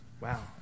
Wow